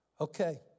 Okay